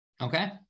Okay